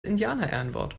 indianerehrenwort